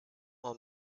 all